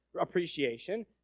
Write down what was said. appreciation